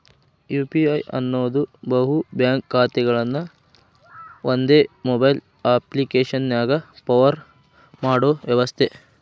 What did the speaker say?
UPI ಅನ್ನೋದ್ ಬಹು bank ಖಾತೆಗಳನ್ನ ಒಂದೇ ಮೊಬೈಲ್ ಅಪ್ಪ್ಲಿಕೆಶನ್ಯಾಗ ಪವರ್ ಮಾಡೋ ವ್ಯವಸ್ಥೆ